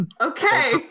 Okay